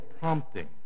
prompting